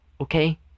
okay